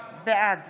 בעד